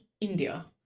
India